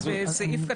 זה הזוי.